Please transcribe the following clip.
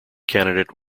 candidate